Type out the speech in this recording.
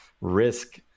risk